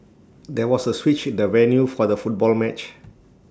there was A switch in the venue for the football match